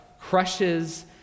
crushes